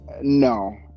no